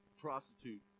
prostitute